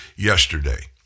Yesterday